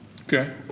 Okay